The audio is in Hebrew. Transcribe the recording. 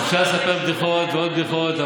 אפשר לספר בדיחות ועוד בדיחות,